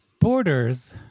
borders